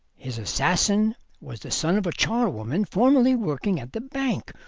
his assassin was the son of a charwoman formerly working at the bank,